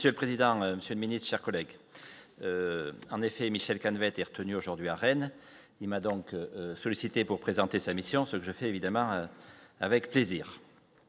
Monsieur le président Monsieur Ministre, chers collègues, en effet, Michel canevas été retenu aujourd'hui à Rennes, il m'a donc sollicité pour présenter sa mission ce que je fais évidemment avec plaisir